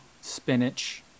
spinach